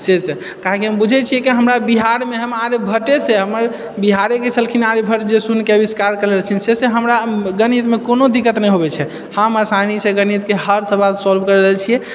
से से काहेकि हम बुझै छियै कि हमरा बिहारमे हम आर्यभटेसँ हमर बिहारेकेँ छलखिन आर्यभट्ट जे शून्यके अविष्कार करल छलखिन से से हमरा गणितमे कोनो दिक्कत नहि होबे छै हम आसानीसेँ गणितके हर सवाल सोल्व करि लए छियै